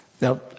Now